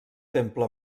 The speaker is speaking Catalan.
temple